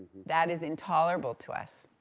that is intolerable to us,